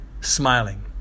smiling